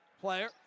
player